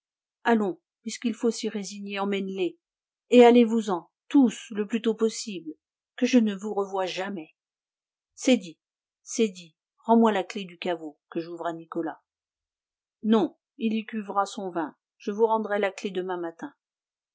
allons puisqu'il faut s'y résigner emmène les et allez-vous-en tous le plus tôt possible que je ne vous revoie jamais c'est dit c'est dit rends-moi la clef du caveau que j'ouvre à nicolas non il y cuvera son vin je vous rendrai la clef demain matin